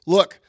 Look